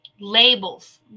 labels